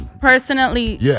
personally